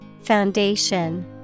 Foundation